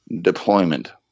deployment